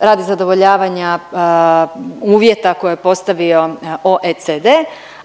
Radi zadovoljavanja uvjeta koje je postavio OECD,